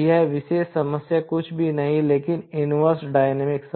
तो यह विशेष समस्या कुछ भी नहीं है लेकिन इन्वर्स डायनामिक्स